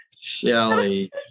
Shelly